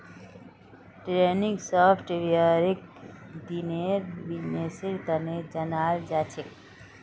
trending सॉफ्टवेयरक दिनेर बिजनेसेर तने जनाल जाछेक